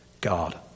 God